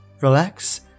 relax